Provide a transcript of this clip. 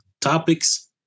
topics